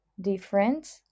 different